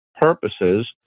purposes